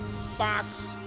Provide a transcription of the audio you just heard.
box.